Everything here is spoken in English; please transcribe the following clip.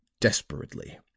desperately